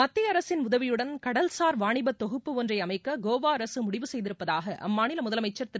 மத்திய அரசின் உதவியுடன் கடல்சார் வாணிபத் தொகுப்பு ஒன்றை அமைக்க கோவா அரசு முடிவு செய்திருப்பதாக அம்மாநில முதலமைச்சர் திரு